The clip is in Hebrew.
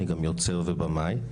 אני גם יוצר ובמאי,